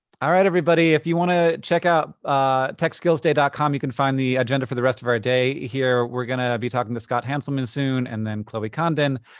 all right, everybody. if you want to check out ah techskillsday com, you can find the agenda for the rest of our day. here we're gonna be talking to scott hanselman soon and then chloe condon,